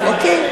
אוקיי.